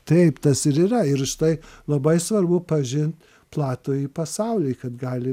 taip tas ir yra ir štai labai svarbu pažint platųjį pasaulį kad gali